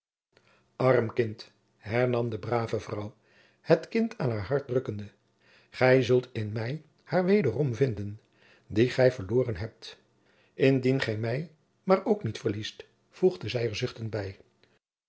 arm kind hernam de brave vrouw het kind aan haar hart drukkende gij zult in mij haar wederom vinden die gij verloren hebt indien gij mij maar ook niet verliest voegde zij er zuchtende bij